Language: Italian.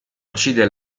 uccide